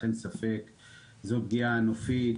אין ספק שהם פגיעה נופית,